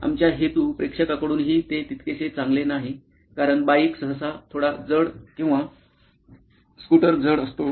आमच्या हेतू प्रेक्षकांकडूनही ते तितकेसे चांगले नाही कारण बाईक सहसा थोडा जड किंवा स्कूटर जड असतो